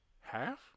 Half